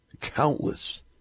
countless